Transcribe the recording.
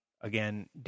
again